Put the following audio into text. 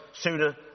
sooner